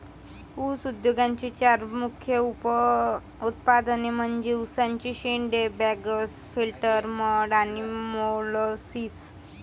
ऊस उद्योगाचे चार मुख्य उप उत्पादने म्हणजे उसाचे शेंडे, बगॅस, फिल्टर मड आणि मोलॅसिस